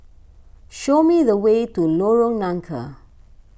show me the way to Lorong Nangka